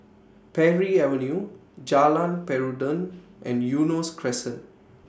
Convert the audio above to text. Parry Avenue Jalan Peradun and Eunos Crescent